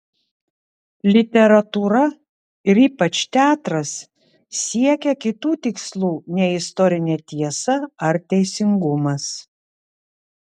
literatūra ir ypač teatras siekia kitų tikslų nei istorinė tiesa ar teisingumas